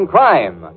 Crime